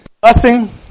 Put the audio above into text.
blessing